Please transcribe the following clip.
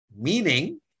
meaning